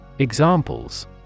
Examples